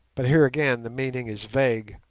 but here again the meaning is vague,